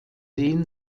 den